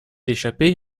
échappée